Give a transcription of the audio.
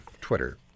Twitter